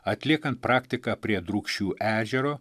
atliekant praktiką prie drūkšių ežero